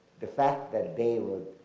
the fact that they would,